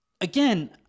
again